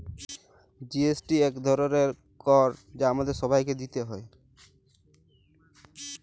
GST ইক ধরলের কর আমাদের ছবাইকে দিইতে হ্যয়